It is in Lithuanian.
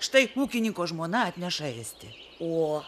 štai ūkininko žmona atneša ėsti o